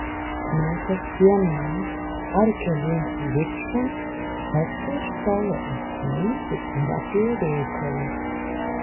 metas vienam ar keliems dičkiams tarsi iš tolo užsiminti ir apie reikalus